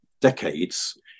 decades